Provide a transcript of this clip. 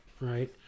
Right